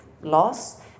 loss